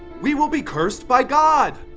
we will be cursed by god!